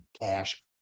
cash